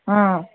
ಹ್ಞೂ